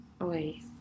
Away